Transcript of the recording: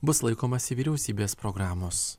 bus laikomasi vyriausybės programos